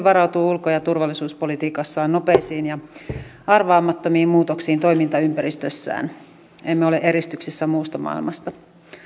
varautuu ulko ja turvallisuuspolitiikassaan nopeisiin ja arvaamattomiin muutoksiin toimintaympäristössään emme ole eristyksissä muusta maailmasta